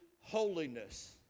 holiness